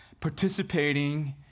participating